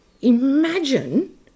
Imagine